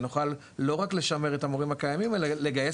לא רק לשמר את המורים הקיימים אלא לגייס